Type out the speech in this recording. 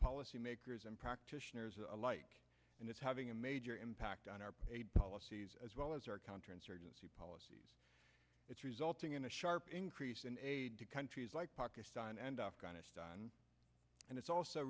policymakers and practitioners alike and it's having a major impact on our policies as well as our counterinsurgency policies it's resulting in a sharp increase in aid to countries like pakistan and afghanistan and it's also